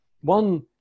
one